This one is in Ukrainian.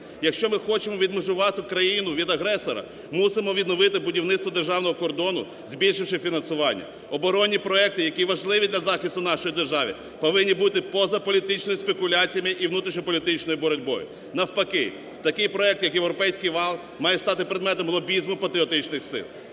Якщо ми хочемо відмежувати країну від агресора, мусимо відновити будівництво державного кордону, збільшивши фінансування. Оборонні проекти, які важливі для захисту нашої держави повинні бути поза політичними спекуляціями і внутрішньополітичною боротьбою. Навпаки, такий проект як "Європейський вал" має стати предметом лобізму патріотичних сил.